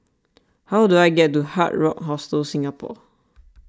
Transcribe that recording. how do I get to Hard Rock Hostel Singapore